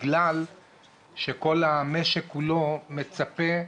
בגלל שכל המשק כולו מצפה,